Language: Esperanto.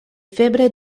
febre